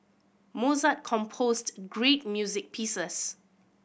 Mozart composed great music pieces